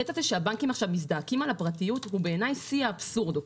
הקטע שהבנקים מזדעקים על הפרטיות הוא שיא האבסורד.